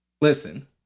Listen